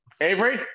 Avery